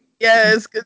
Yes